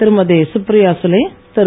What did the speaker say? Thirumathi Supriya Sule Thiru